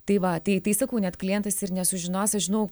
tai va tai tai sakau net klientas ir nesužinos aš žinau